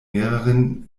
mehreren